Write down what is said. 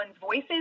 voices